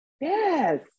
Yes